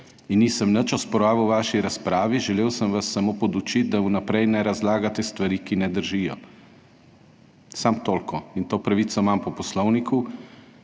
in nisem nič osporaval vaši razpravi, želel sem vas samo podučiti, da vnaprej ne razlagate stvari, ki ne držijo. Samo toliko. In to pravico imam po Poslovniku.